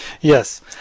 Yes